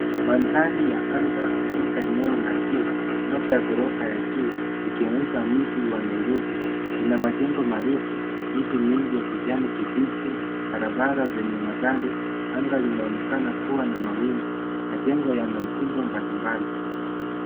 Mandhari ya anga kutoka eneo la juu, labda gorofa ya juu ikionyesha mji wa Nairobi; ina majengo marefu, Miti mingi ya kijani kibichi, barabara zenye magari, anga linaonekana kuwa na mawingu. Majengo yana mtindo mbalimbali.